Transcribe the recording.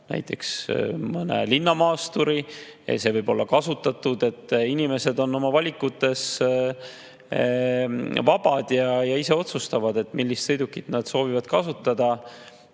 näiteks mõne linnamaasturi ja see võib olla kasutatud. Inimesed on oma valikutes vabad ja otsustavad ise, millist sõidukit nad soovivad kasutada